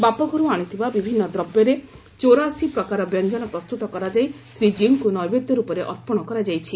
ବାପଘରୁ ଆଣିଥିବା ବିଭିନ୍ନ ଦ୍ରବ୍ୟରେ ଚୌରାଶୀ ପ୍ରକାର ବ୍ୟଞ୍ଞନ ପ୍ରସ୍ତୁତ କରାଯାଇ ଶ୍ରୀକୀଉଙ୍କୁ ନୈବେଦ୍ୟ ରୂପରେ ଅର୍ପଣ କରାଯାଇଛି